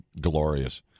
glorious